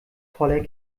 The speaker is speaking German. voller